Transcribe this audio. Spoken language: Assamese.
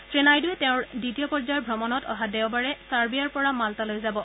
শ্ৰী নাইডুৱে তেওঁৰ দ্বিতীয় পৰ্যায়ৰ ভ্ৰমণত অহা দেওবাৰে ছাৰ্বিয়াৰ পৰা মাল্টালৈ যাব